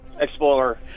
Explorer